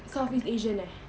south east asian eh